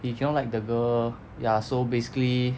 he cannot like the girl ya so basically